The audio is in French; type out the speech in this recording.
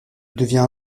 devient